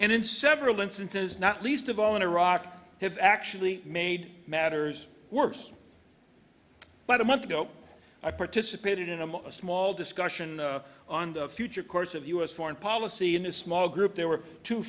and in several instances not least of all in iraq have actually made matters worse but a month ago i participated in a more a small discussion on the future course of u s foreign policy in a small group there were two